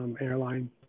airline